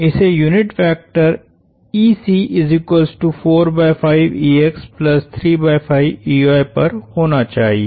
इसे यूनिट वेक्टरपर होना चाहिए